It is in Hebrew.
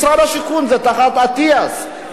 משרד השיכון זה תחת השר אטיאס,